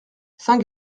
saint